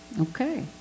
Okay